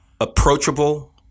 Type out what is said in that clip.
Approachable